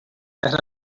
that